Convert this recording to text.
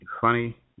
funny